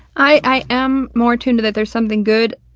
i i am more attuned to that there's something good,